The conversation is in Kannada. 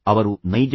ಅದರ ಬಗ್ಗೆ ಯೋಚಿಸೋಣ